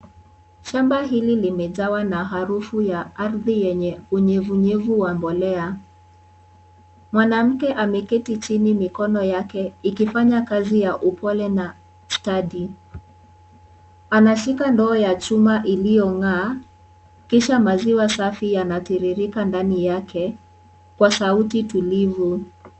Shamba hili limejawa na harufu ya ardhi yenye unyevunyevu wa mbolea. Mwanamke ameketi chini mikono yake ikifanya kazi ya upole na ustadi. Anashika ndoo ya chuma iliyong'aa kisha maziwa safi yanatiririka ndani yake kwa sauti tulivu.